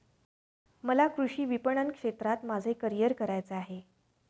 मला कृषी विपणन क्षेत्रात माझे करिअर करायचे आहे